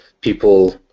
people